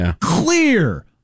Clear